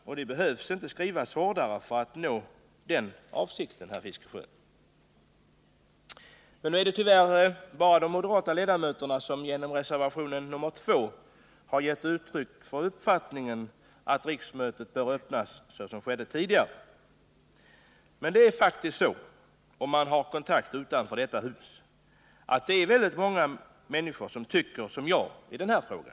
Man behöver inte skriva hårdare för att nå den avsikten, herr Fiskesjö. Nu är det tyvärr bara de moderata ledamöterna i utskottet som genom reservation 2 gett uttryck för uppfattningen att riksmötet bör öppnas på det sätt som skedde tidigare. Men om man har kontakter utanför detta hus vet man att det är väldigt många människor som tycker som jag i denna fråga.